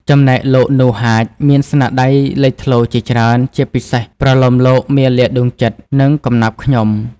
ចំំណែកលោក នូ ហាច មានស្នាដៃលេចធ្លោជាច្រើន ជាពិសេសប្រលោមលោក មាលាដួងចិត្ត និងកំណាព្យ ខ្ញុំ។